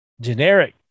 generic